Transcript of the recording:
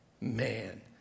man